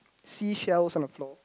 seashell on the floor